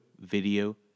video